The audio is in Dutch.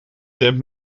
dempt